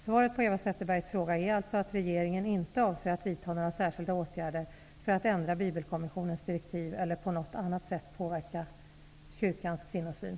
Svaret på Eva Zetterbergs fråga är alltså att regeringen inte avser att vidta några särskilda åtgärder för att ändra Bibelkommissionens direktiv eller på något annat sätt påverka kyrkans kvinnosyn.